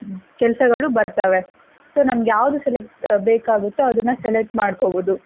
ಕೆಲಸಗಳು ಬರ್ತವೆ ಸೊ ನಮ್ಗೆ ಯಾವುದು ಸೆಲೆಕ್ಟ್ ಬೇಕಾಗುತ್ತೋ ಅದನ್ನು ಸೆಲೆಕ್ಟ್ ಮಾಡ್ಕೋಬೋದು